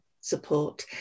support